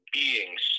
beings